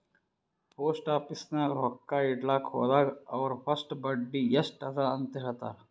post office ನಾಗ್ ರೊಕ್ಕಾ ಇಡ್ಲಕ್ ಹೋದಾಗ ಅವ್ರ ಫಸ್ಟ್ ಬಡ್ಡಿ ಎಸ್ಟ್ ಅದ ಅಂತ ಹೇಳ್ತಾರ್